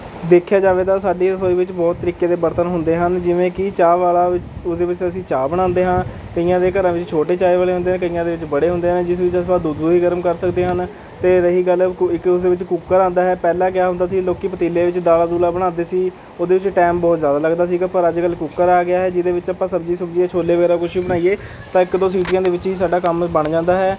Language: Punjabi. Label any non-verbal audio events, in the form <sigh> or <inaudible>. ਦੇਖਿਆ ਜਾਵੇ ਤਾਂ ਸਾਡੀ ਰਸੋਈ ਵਿੱਚ ਬਹੁਤ ਤਰੀਕੇ ਦੇ ਬਰਤਨ ਹੁੰਦੇ ਹਨ ਜਿਵੇਂ ਕਿ ਚਾਹ ਵਾਲਾ ਉਸਦੇ ਵਿੱਚ ਅਸੀਂ ਚਾਹ ਬਣਾਉਂਦੇ ਹਾਂ ਕਈਆਂ ਦੇ ਘਰਾਂ ਵਿੱਚ ਛੋਟੇ ਚਾਹ ਵਾਲੇ ਹੁੰਦੇ ਹਨ ਕਈਆਂ ਦੇ ਵਿੱਚ ਬੜੇ ਹੁੰਦੇ ਹਨ ਜਿਸ ਵਿੱਚ <unintelligible> ਦੁੱਧ ਵੀ ਗਰਮ ਕਰ ਸਕਦੇ ਹਨ ਅਤੇ ਰਹੀ ਗੱਲ <unintelligible> ਇੱਕ ਉਸਦੇ ਵਿੱਚ ਕੁੱਕਰ ਆਉਂਦਾ ਹੈ ਪਹਿਲਾਂ ਕਿਯਾ ਹੁੰਦਾ ਸੀ ਲੋਕ ਪਤੀਲੇ ਵਿੱਚ ਦਾਲਾਂ ਦੂਲਾਂ ਬਣਾਉਂਦੇ ਸੀ ਉਹਦੇ ਵਿੱਚ ਟਾਈਮ ਬਹੁਤ ਜ਼ਿਆਦਾ ਲੱਗਦਾ ਸੀ ਪਰ ਅੱਜ ਕੱਲ੍ਹ ਕੁੱਕਰ ਆ ਗਿਆ ਹੈ ਜਿਹਦੇ ਵਿੱਚ ਆਪਾਂ ਸਬਜ਼ੀ ਸੁਬਜ਼ੀ ਛੋਲੇ ਵਗੈਰਾ ਕੁਛ ਵੀ ਬਣਾਈਏ ਤਾਂ ਇੱਕ ਦੋ ਸੀਟੀਆਂ ਦੇ ਵਿੱਚ ਹੀ ਸਾਡਾ ਕੰਮ ਬਣ ਜਾਂਦਾ ਹੈ